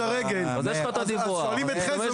הרגל --------- שואלים את חזי,